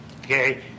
Okay